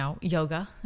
yoga